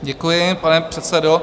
Děkuji, pane předsedo.